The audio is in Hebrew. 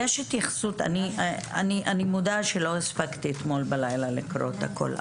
אני מודה שלא הספקתי אתמול בלילה לקרוא את הכול,